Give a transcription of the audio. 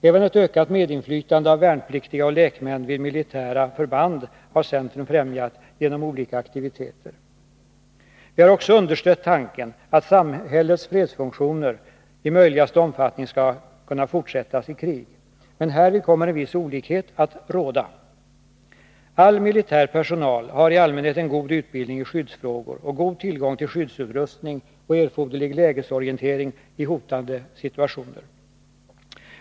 Även ett ökat medinflytande av värnpliktiga och lekmän vid militära förband har centern främjat genom olika aktiviteter. Vi har också understött tanken att samhällets fredsfunktioner i möjligaste omfattning skall fortsätta i krig. Men härvid kommer en viss olikhet att råda. Militär personal har i allmänhet en god utbildning i skyddsfrågor och god tillgång till skyddsutrustning och erforderlig lägesorientering i hotande situationer.